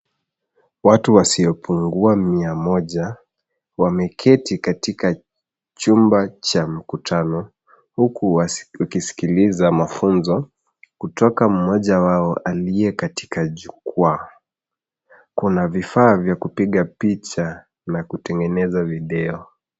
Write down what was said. Watu wasiopungua mia moja wameketi wameketi katika chumba cha mkutano huku wakiskiliza mafunzo kutoka mmoja wao aliyekatika jukwaa. Kuna vifaa vya kupiga picha na kutengeneza video.